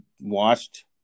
watched